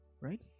Right